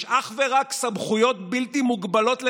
יש אך ורק סמכויות בלתי מוגבלות לנתניהו,